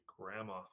grandma